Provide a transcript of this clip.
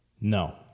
No